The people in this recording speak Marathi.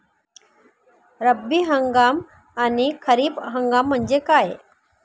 रब्बी हंगाम आणि खरीप हंगाम म्हणजे काय?